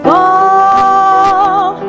Fall